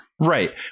Right